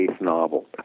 novel